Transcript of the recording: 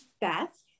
Beth